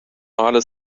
male